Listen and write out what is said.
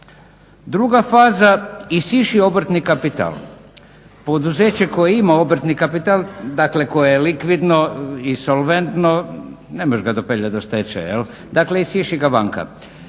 Druga faza isiši obrtni kapital. Poduzeće koje ima obrtni kapital, dakle koje je likvidno i solventno ne možeš ga dopeljat do stečaja. Dakle, isiši ga vanka,